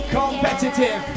competitive